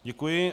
Děkuji.